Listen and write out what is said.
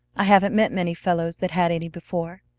i haven't met many fellows that had any before,